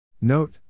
NOTE